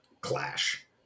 clash